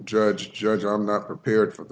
judge judge i'm not prepared for